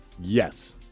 Yes